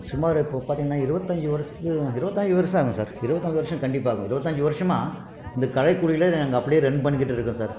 சுமார் இப்போது பார்த்திங்கன்னா இருபத்தஞ்சி வருஷம் இருபத்தஞ்சி வருஷம் ஆகும் சார் இருபத்தஞ்சி வருஷம் கண்டிப்பாக ஆகும் இருபத்தஞ்சி வருஷமாக இந்த கலைத்துறையில் நாங்கள் அப்படியே ரன் பண்ணிகிட்டிருக்கோம் சார்